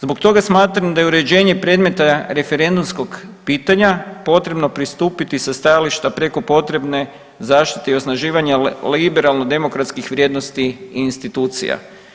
Zbog toga smatram da je uređenje predmeta referendumskog pitanja potrebno pristupiti sa stajališta preko potrebne zaštite i osnaživanja liberalno-demokratskih vrijednosti institucija.